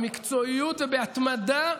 במקצועיות ובהתמדה,